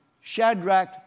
Shadrach